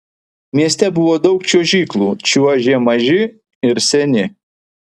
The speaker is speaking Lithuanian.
mieste buvo daug čiuožyklų čiuožė maži ir seni